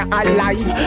alive